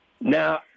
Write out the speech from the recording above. Now